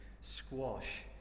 squash